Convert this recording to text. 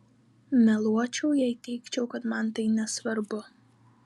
meluočiau jei teigčiau kad man tai nesvarbu